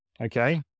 Okay